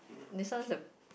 this one is a